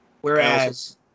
Whereas